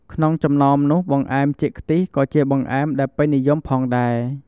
ក្នុងចំណោមនោះបង្អែម ចេកខ្ទិះក៏ជាបង្អែមដែលពេញនិយមផងដែរ។